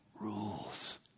rules